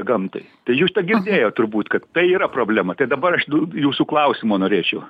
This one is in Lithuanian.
gamtai jūs te girdėjot turbūt kad tai yra problema tai dabar aš tų jūsų klausimo norėčiau